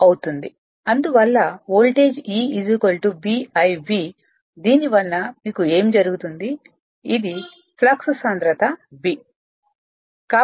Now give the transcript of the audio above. అందువల్ల voltage E B IV దీని వలన ఏమి జరుగుతుంది ఇది ఫ్లక్స్ సాంద్రత B